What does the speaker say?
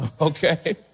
Okay